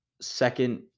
second